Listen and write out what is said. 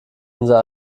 unser